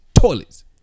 toilets